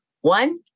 One